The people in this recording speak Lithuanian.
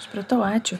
supratau ačiū